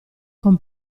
con